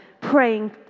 praying